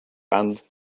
and